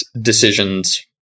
decisions